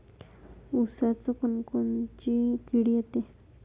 ऊसात कोनकोनची किड येते?